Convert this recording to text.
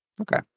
Okay